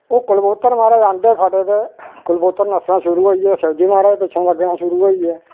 ओह् कबूतर महाराज अण्डे फटे ते कबूतर नस्सना शुरु होई गे शिबजी महाराज पिच्छे लग्गना शुरु होई गे